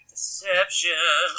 Deception